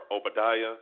Obadiah